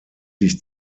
sich